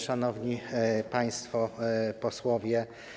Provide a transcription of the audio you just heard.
Szanowni Państwo Posłowie!